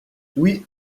oui